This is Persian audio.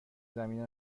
زمینه